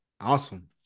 awesome